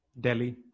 Delhi